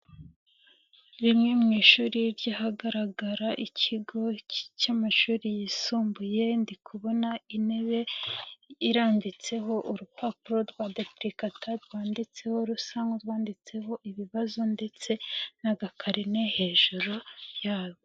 Rimwe mu ishuri ry'ahagaragara ikigo cy'amashuri yisumbuye, ndi kubona intebe iranditseho urupapuro rwa depulikata rwanditseho rusa nku rwanditseho ibibazo ndetse n'agakarine hejuru yarwo.